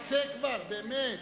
הפסק כבר, באמת.